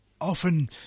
often